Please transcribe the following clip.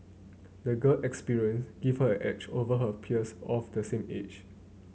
the girl experience gave her an edge over her peers of the same age